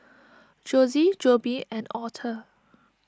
Jossie Jobe and Author